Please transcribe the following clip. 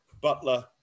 Butler